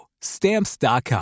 Stamps.com